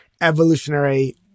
evolutionary